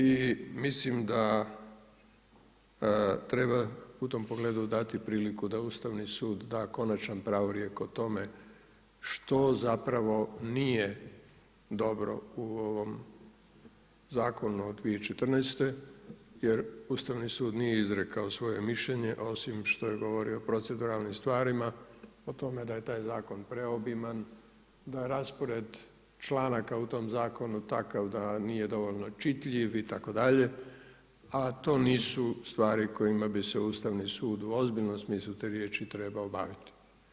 I mislim da treba u tom pogledu dati priliku da Ustavni sud da konačan pravorijek o tome što nije dobro u ovom zakonu od 2014. jer Ustavni sud nije izrekao svoje mišljenje osim što je govorio o proceduralnim stvarima o tome da je taj zakon preobiman, da je raspored članaka u tom zakonu takav da nije dovoljno čitljiv itd. a to nisu stvari kojima bi se Ustavni sud ozbiljno u smislu te riječi trebao baviti.